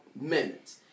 minutes